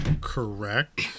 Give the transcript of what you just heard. correct